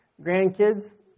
grandkids